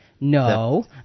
no